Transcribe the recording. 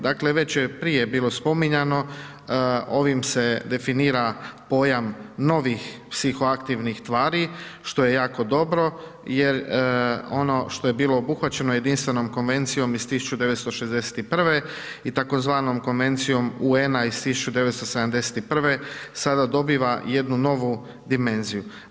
Dakle, već je prije bilo spominjano ovim se definira pojam novih psihoaktivnih tvari što je jako dobro, jer ono što je bilo obuhvaćeno jedinstvenom Konvencijom iz 1961. i tzv. Konvencijom UN-a iz 1971. sada dobiva jednu novu dimenziju.